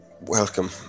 Welcome